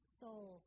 soul